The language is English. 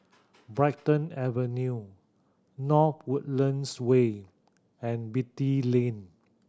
Brighton Avenue North Woodlands Way and Beatty Lane